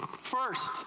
First